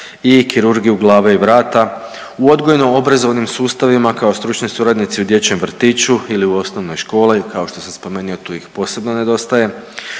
i kirurgiju glave i vrata, u odgojno-obrazovnim sustavima kao stručni suradnici u dječjem vrtiću ili u osnovnoj školi. Kao što sam spomenuo tu ih posebno nedostaje,